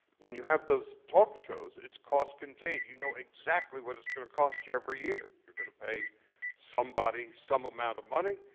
when you have those talk shows, its costs contained. you know exactly what it's going to cost you every year. you're going to pay somebody some amount of money.